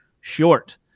short